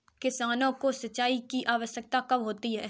किसानों को सिंचाई की आवश्यकता कब होती है?